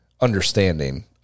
understanding